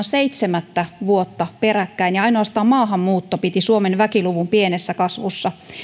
seitsemättä vuotta peräkkäin ja ainoastaan maahanmuutto piti suomen väkiluvun pienessä kasvussa